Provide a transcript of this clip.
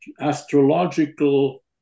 astrological